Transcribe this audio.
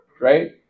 right